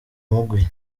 mugwi